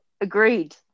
Agreed